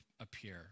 appear